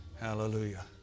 Hallelujah